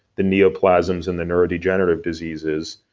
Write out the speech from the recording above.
the neoplasms and the neurodegenerative diseases,